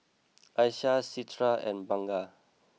Aishah Citra and Bunga